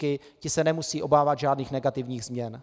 Ti se nemusí obávat žádných negativních změn.